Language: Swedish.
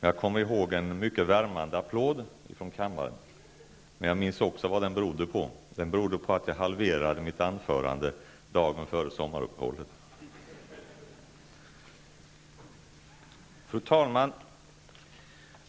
Jag erinrar mig en mycket värmande applåd som berodde på att jag halverade mitt anförande dagen före sommaruppehållet. Fru talman!